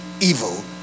evil